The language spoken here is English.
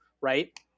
right